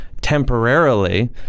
temporarily